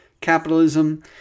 capitalism